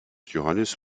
johannes